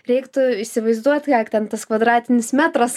reiktų įsivaizduot kiek ten tas kvadratinis metras